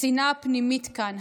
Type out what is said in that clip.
השנאה הפנימית כאן,